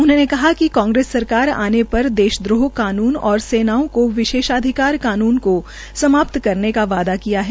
उन्होंने कहा कि कांग्रेस सरकार आने पर देशद्रोह कानून और सेनाओं को विशेषाधिकार कानून को समाप्त करने का वादा किया है